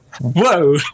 Whoa